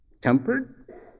tempered